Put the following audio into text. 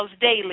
daily